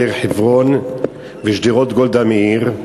דרך חברון ושדרות גולדה מאיר,